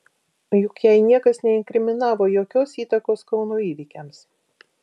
juk jai niekas neinkriminavo jokios įtakos kauno įvykiams